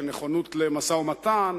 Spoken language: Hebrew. של נכונות למשא-ומתן.